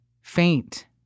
faint